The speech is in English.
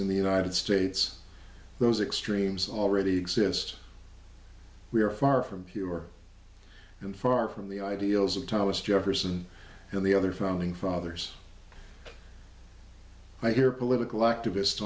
in the united states those extremes already exist we are far from pure and far from the ideals of thomas jefferson and the other founding fathers like your political activist